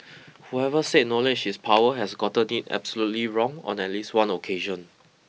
whoever said knowledge is power has gotten it absolutely wrong on at least one occasion